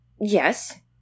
Yes